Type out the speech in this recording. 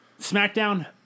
SmackDown